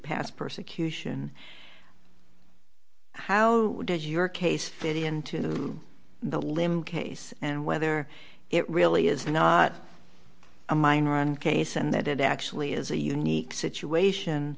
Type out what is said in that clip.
past persecution how did your case get into the lim case and whether it really is not a minor in case and that it actually is a unique situation